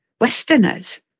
westerners